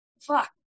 Fuck